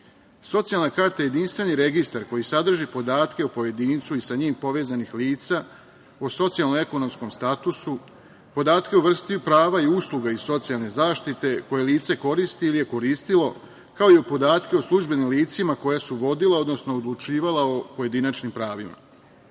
vođenje. Socijalna karta je jedinstveni registar koji sadrži podatke o pojedincu i sa njim povezanih lica, o socijalno-ekonomskom statusu, podatke o vrsti prava i usluga iz socijalne zaštite koje lice koristi ili je koristilo, kao i podatke o službenim licima koja su vodila, odnosno odlučivala o pojedinačnim pravima. Cilj